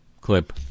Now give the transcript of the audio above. clip